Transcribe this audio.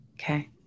Okay